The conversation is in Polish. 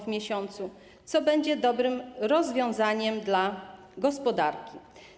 w miesiącu, co będzie dobrym rozwiązaniem dla gospodarki?